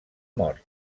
mort